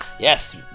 Yes